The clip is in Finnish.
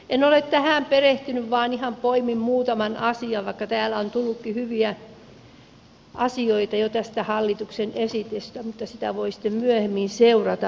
en ole tähän perehtynyt vaan ihan poimin muutaman asian vaikka täällä on tullutkin hyviä asioita jo tästä hallituksen esityksestä mutta sitä voi sitten myöhemmin seurata